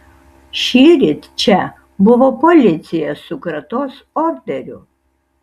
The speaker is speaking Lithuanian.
šįryt čia buvo policija su kratos orderiu